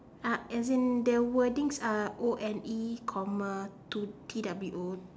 uh as in their wordings are O N E comma two T W O